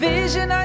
vision